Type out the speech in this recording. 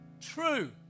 True